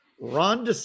Ron